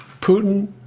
Putin